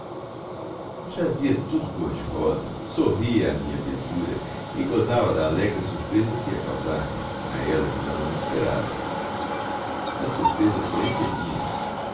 já via tudo cor-de-rosa sorria à minha ventura e gozava da alegre surpresa que ia causar lhe a ela que já não me esperava a surpresa porém foi minha